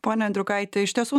pone andriukaiti iš tiesų